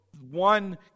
one